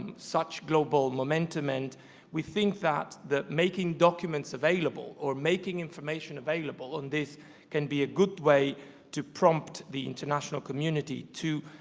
such global momentum and we think that that making documents available, or making information available that and this can be a good way to prompt the international community to